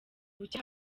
buke